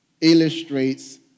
illustrates